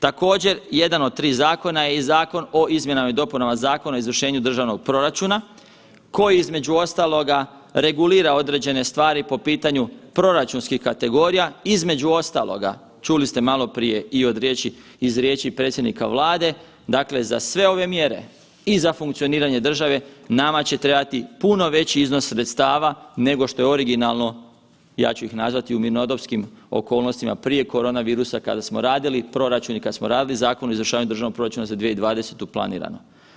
Također jedan od 3 zakona je i Zakon o izmjenama i dopunama Zakona o izvršenju državnog proračuna, koji između ostaloga regulira određene stvari po pitanju proračunskih kategorija, između ostaloga, čuli ste maloprije i od riječi, iz riječi predsjednika Vlade, dakle za sve ove mjere i za funkcioniranje države nama će trebati puno veći iznos sredstava nego što je originalno, ja ću ih nazvati u mirnodopskim okolnostima prije koronavirusa kada smo radili proračun i kad smo radili Zakon o izvršavanju državnog proračuna 2020., planirano.